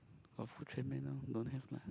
got food trend man orh don't have meh